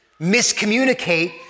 miscommunicate